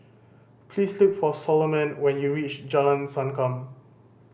please look for Solomon when you reach Jalan Sankam